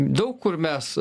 daug kur mes